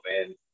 man